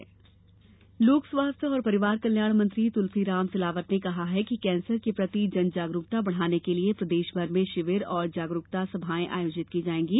Silawat cancer लोक स्वास्थ्य और परिवार कल्याण मंत्री तुलसीराम सिलावट ने कहा है कि कैंसर के प्रति जन जागरूकता बढ़ाने के लिये प्रदेश भर में शिविर और जागरूकता सभाए आयोजित की जाएंगी